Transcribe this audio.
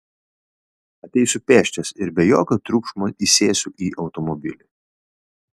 ateisiu pėsčias ir be jokio triukšmo įsėsiu į automobilį